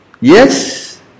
yes